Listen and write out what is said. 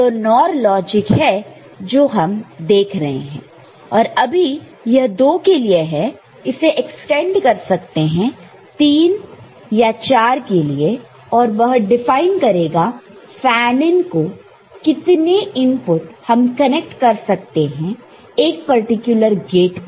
तो NOR logic है जो हम देख रहे हैं और अभी यह दो के लिए है उसे इक्स्टेन्ड कर सकते हैं तीन या चार के लिए और वह डिफाइन करेगा फैन इन को कितने इनपुट हम कनेक्ट कर सकते हैं एक पर्टिकुलर गेट को